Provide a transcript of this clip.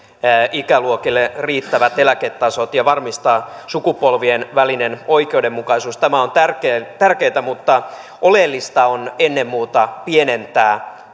ikäluokille riittävät eläketasot ja varmistaa sukupolvien välinen oikeudenmukaisuus tämä on tärkeätä mutta oleellista on ennen muuta pienentää